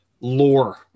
lore